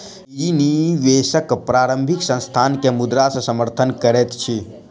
निजी निवेशक प्रारंभिक संस्थान के मुद्रा से समर्थन करैत अछि